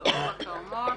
אז עפרה כרמון,